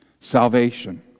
salvation